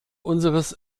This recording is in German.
unseres